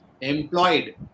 employed